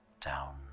down